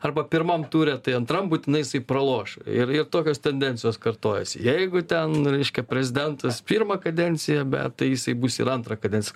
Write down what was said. arba pirmam ture tai antram būtinai jisai praloš ir ir tokios tendencijos kartojasi jeigu ten reiškia prezidentas pirmą kadenciją bet tai jisai bus ir antrą kadenciją